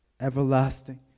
everlasting